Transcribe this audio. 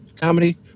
comedy